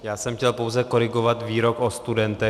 Já jsem chtěl pouze korigovat výrok o studentech.